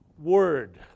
word